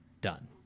Done